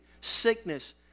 sickness